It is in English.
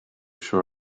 sure